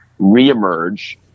reemerge